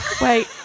wait